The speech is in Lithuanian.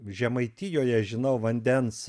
žemaitijoje žinau vandens